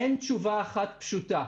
אין תשובה אחת פשוטה.